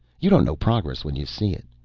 you don't know progress when you see it.